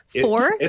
Four